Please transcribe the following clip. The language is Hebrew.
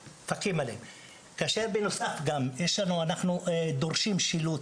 בנוסף, אנחנו מחייבים שילוט.